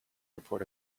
report